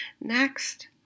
Next